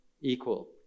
equal